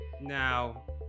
now